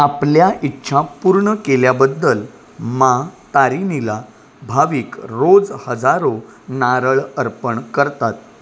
आपल्या इच्छा पूर्ण केल्याबद्दल माँ तारीनीला भाविक रोज हजारो नारळ अर्पण करतात